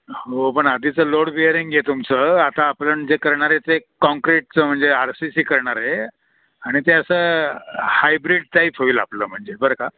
हो पण आधीचं लोड बिअरिंग आहे तुमचं आता आपण जे करणारे ते काँक्रीटचं म्हणजे आर सी सी करणारे आणि ते असं हायब्रीड टाईप होईल आपलं म्हणजे बरं का